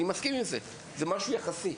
נכון, אני מסכים עם זה, זה משהו יחסי,